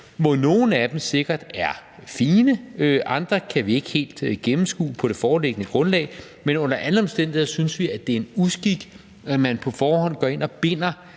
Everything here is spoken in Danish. hvoraf nogle af dem sikkert er fine; andre kan vi ikke helt gennemskue på det foreliggende grundlag. Men under alle omstændigheder synes vi, at det er en uskik, at man på forhånd går ind og –